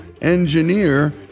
engineer